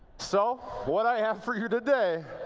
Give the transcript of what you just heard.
so what i have for you today,